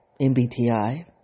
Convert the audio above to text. MBTI